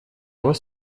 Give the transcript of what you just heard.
вас